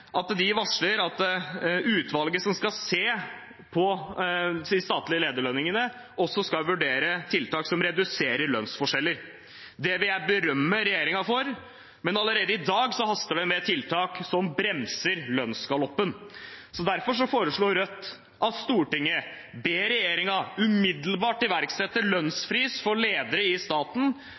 varsler at utvalget som skal se på de statlige lederlønningene, også skal vurdere tiltak som reduserer lønnsforskjeller. Det vil jeg berømme regjeringen for, men allerede i dag haster det med tiltak som bremser lønnsgaloppen. Derfor foreslår Rødt: «Stortinget ber regjeringen umiddelbart iverksette lønnsfrys for ledere i staten